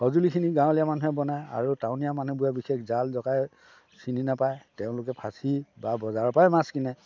সঁজুলিখিনি গাঁৱলীয়া মানুহে বনায় আৰু টাউনীয়া মানুহবোৰে বিশেষ জাল জকাই চিনি নেপায় তেওঁলোকে ফাঁচি বা বজাৰৰ পৰাই মাছ কিনে